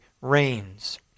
reigns